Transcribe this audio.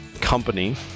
company